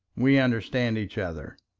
we understand each other.